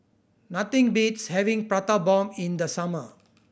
nothing beats having Prata Bomb in the summer